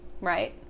right